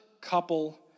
couple